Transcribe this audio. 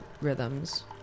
rhythms